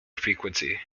frequency